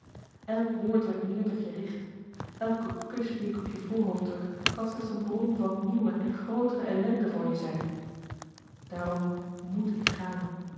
elk woord dat ik meer tot je richt elke kus dien ik op je voorhoofd druk kan slechts een bron van nieuwe en grootere ellende voor je zijn daarom moet ik gaan